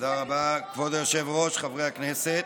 תודה רבה, כבוד היושב-ראש, חברי הכנסת,